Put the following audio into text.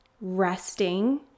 resting